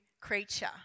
creature